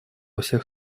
всех